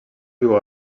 viu